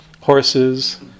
horses